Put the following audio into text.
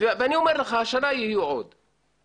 ואני אומר לך שהשנה יהיו עוד הצפות.